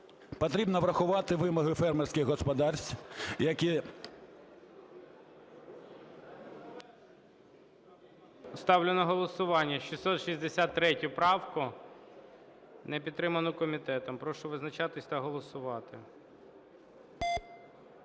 Потрібно врахувати вимоги фермерських господарств, які… ГОЛОВУЮЧИЙ. Ставлю на голосування 663 правку не підтриману комітетом. Прошу визначатись та голосувати.